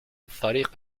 الطريق